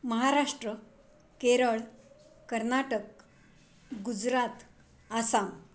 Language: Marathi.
महाराष्ट्र केरळ कर्नाटक गुजरात आसाम